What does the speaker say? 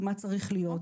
ומה צריך להיות.